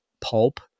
pulp